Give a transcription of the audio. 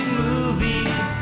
movies